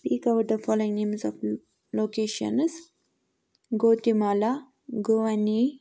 speak out the following names of locations Guatemala Guinea